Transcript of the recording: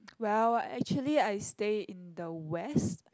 well actually I stay in the west